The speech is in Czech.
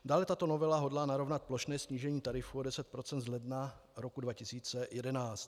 Dále tato novela hodlá narovnat plošné snížení tarifů o 10 % z ledna roku 2011.